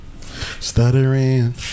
Stuttering